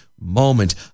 moment